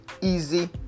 easy